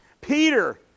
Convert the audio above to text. Peter